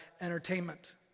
entertainment